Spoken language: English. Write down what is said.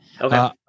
Okay